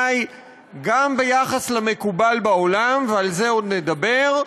גם ביחס למקובל בעולם, ועל זה עוד נדבר,